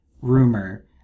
rumor